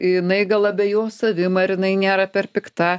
jinai gal abejos savim ar jinai nėra per pikta